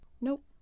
Nope